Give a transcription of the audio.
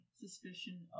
Suspicion